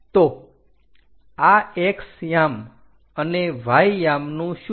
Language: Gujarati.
તો આ x યામ અને y યામ નું શું